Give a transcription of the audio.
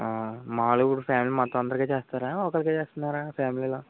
మాములుగా ఇప్పుడు ఫ్యామిలీ మొత్తం అందరికి చేస్తారా ఒక్కడికే చేస్తున్నారా ఫ్యామిలీలో